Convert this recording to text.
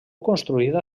construïda